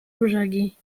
brzegi